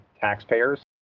taxpayers